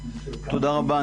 תודה רבה.